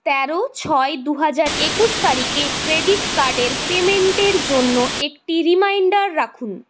তেরো ছয় দু হাজার একুশ তারিখে ক্রেডিট কার্ডের পেইমেন্টের জন্য একটি রিমাইন্ডার রাখুন